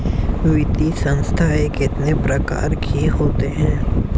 वित्तीय संस्थाएं कितने प्रकार की होती हैं?